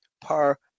par-